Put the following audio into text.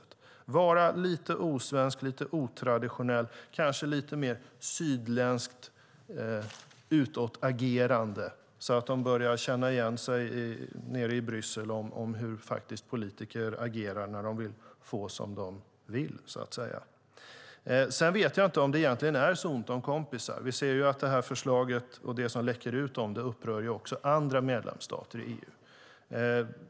Det handlar om att vara lite osvensk, lite otraditionell, kanske lite mer sydländskt utagerande - så att de börjar känna igen sig nere i Bryssel i hur politiker faktiskt agerar när de vill få som de vill. Sedan vet jag inte om det egentligen är så ont om kompisar. Vi ser att detta förslag och det som läcker ut om det upprör även andra medlemsstater i EU.